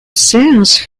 seance